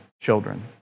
children